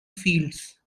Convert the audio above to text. fields